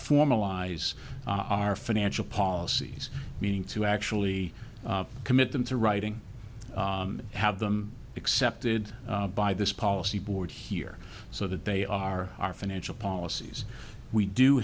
formalize our financial policies meaning to actually commit them to writing have them accepted by this policy board here so that they are our financial policies we do